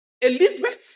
Elizabeth